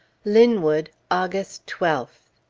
linwood, august twelfth.